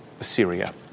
Assyria